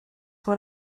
what